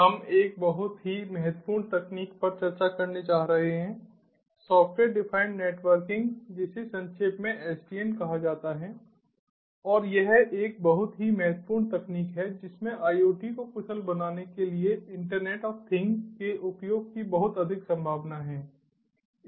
हम एक बहुत ही महत्वपूर्ण तकनीक पर चर्चा करने जा रहे हैं सॉफ्टवेयर डिफाइंड नेटवर्किंग जिसे संक्षेप में SDN कहा जाता है और यह एक बहुत ही महत्वपूर्ण तकनीक है जिसमें IoT को कुशल बनाने के लिए इंटरनेट ऑफ़ थिंग्स के उपयोग की बहुत अधिक संभावना है